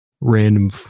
random